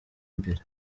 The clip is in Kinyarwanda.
imbere